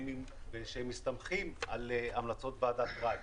ושהם מסתמכים על המלצות ועדת רייך.